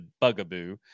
bugaboo